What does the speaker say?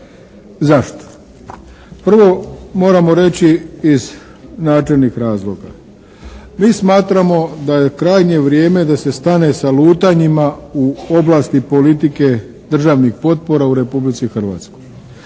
Zašto? Prvo, moramo reći iz načelnih razloga. Mi smatramo da je krajnje vrijeme da se stane sa lutanjima u oblasti politike državnih potpora u Republici Hrvatskoj.